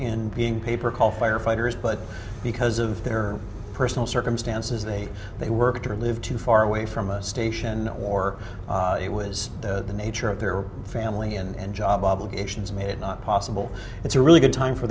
in being paper call firefighters but because of their personal circumstances they they worked or lived too far away from a station or it was the nature of their family and job obligations made it possible it's a really good time for